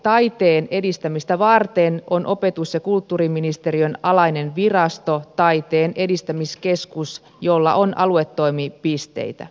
taiteen edistämistä varten on opetus ja kulttuuriministeriön alainen virasto taiteen edistämiskeskus jolla on aluetoimipisteitä